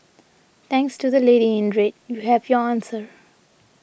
thanks to the lady in red you have your answer